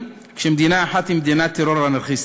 כשמדינה אחת היא מדינת טרור אנרכיסטית,